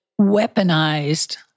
weaponized